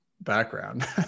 background